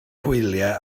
hwyliau